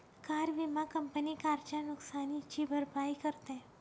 car विमा company कारच्या नुकसानीची भरपाई करते